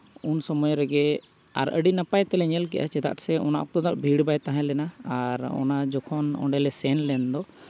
ᱩᱱ ᱥᱚᱢᱚᱭ ᱨᱮᱜᱮ ᱟᱨ ᱟᱹᱰᱤ ᱱᱟᱯᱟᱭ ᱛᱮᱞᱮ ᱧᱮᱞ ᱠᱮᱜᱼᱟ ᱪᱮᱫᱟᱜ ᱥᱮ ᱚᱱᱟ ᱚᱠᱛᱚ ᱫᱚ ᱦᱟᱸᱜ ᱵᱷᱤᱲ ᱵᱟᱭ ᱛᱟᱦᱮᱸ ᱞᱮᱱᱟ ᱟᱨ ᱚᱱᱟ ᱡᱚᱠᱷᱚᱱ ᱚᱸᱰᱮ ᱞᱮ ᱥᱮᱱ ᱞᱮᱱ ᱫᱚ